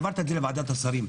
העברת את זה לוועדת השרים.